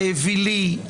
האווילי,